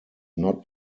not